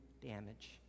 damage